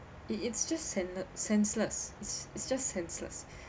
it it's just sense~ senseless it's just senseless